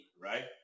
right